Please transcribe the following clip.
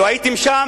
לו הייתם שם,